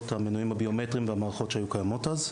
המנועים הביומטריים והמערכות שהיו קיימות אז.